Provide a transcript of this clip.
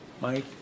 Mike